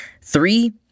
three